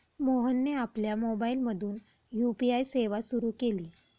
मोहनने आपल्या मोबाइलमधून यू.पी.आय सेवा सुरू केली